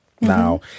Now